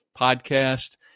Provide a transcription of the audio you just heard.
podcast